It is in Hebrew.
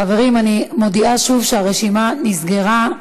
חברים, אני מודיעה שוב שהרשימה נסגרה.